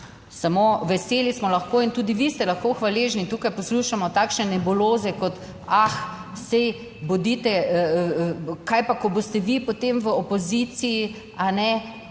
Samo veseli smo lahko in tudi vi ste lahko hvaležni. Tukaj poslušamo takšne nebuloze kot: »Ah, saj kaj pa, ko boste vi potem v opoziciji?« Ja,